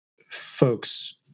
folks